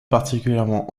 particulièrement